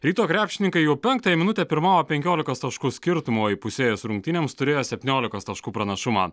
ryto krepšininkai jau penktąją minutę pirmavo penkiolikos taškų skirtumu o įpusėjus rungtynėms turėjo septyniolikos taškų pranašumą